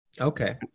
Okay